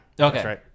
Okay